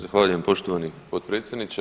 Zahvaljujem poštovani potpredsjedniče.